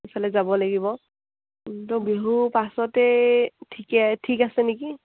এফালে যাব লাগিব তো বিহু পাছতে ঠিকেই ঠিক আছে নেকি